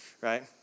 right